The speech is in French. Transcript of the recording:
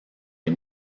les